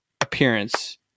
appearance